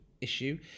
issue